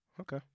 Okay